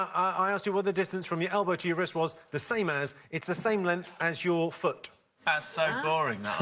i asked you what the distance from your elbow to your wrist was the same as. it's the same length as your foot. that's so boring,